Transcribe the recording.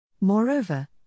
Moreover